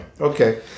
Okay